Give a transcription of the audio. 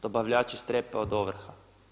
Dobavljači strepe od ovrha.